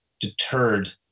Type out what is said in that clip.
deterred